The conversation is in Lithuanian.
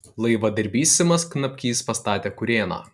laivadirbys simas knapkys pastatė kurėną